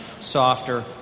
softer